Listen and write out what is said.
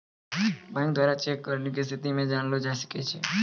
bank द्वारा cheque clearing के स्थिति के जानलो जाय सकै छै